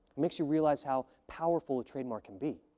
makes you realize how powerful a trademark can be.